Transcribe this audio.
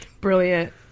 Brilliant